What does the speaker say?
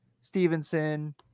stevenson